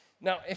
Now